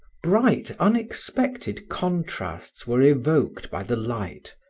bright unexpected contrasts were evoked by the light,